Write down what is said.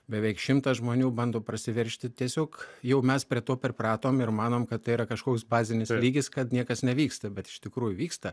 beveik šimtas žmonių bando prasiveržti tiesiog jau mes prie to pripratom ir manom kad tai yra kažkoks bazinis lygis kad niekas nevyksta bet iš tikrųjų vyksta